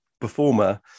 performer